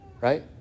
Right